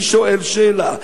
אני שואל שאלה: